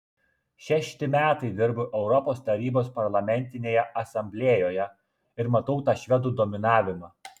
šešti metai dirbu europos tarybos parlamentinėje asamblėjoje ir matau tą švedų dominavimą